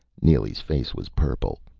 neely's face was purple.